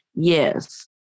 Yes